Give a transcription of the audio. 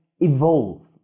evolve